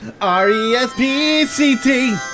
R-E-S-P-E-C-T